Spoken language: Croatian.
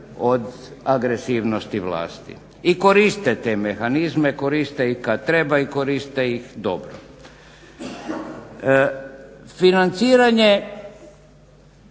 od agresivnosti vlasti. I koriste te mehanizme, koriste i kad treba i koriste ih dobro. Financiranje,